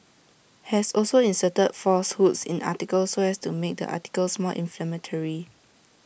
has also inserted falsehoods in articles so as to make the articles more inflammatory